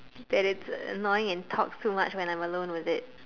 that it's annoying and talks too much when I'm alone with it